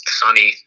sunny